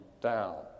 down